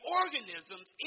organisms